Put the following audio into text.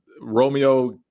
romeo